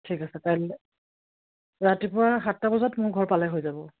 ঠিক আছে কাইলৈ ৰাতিপুৱা সাতটা বজাত মোৰ ঘৰ পালে হৈ যাব